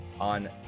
on